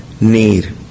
need